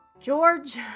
George